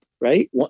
right